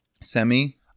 Semi